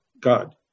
God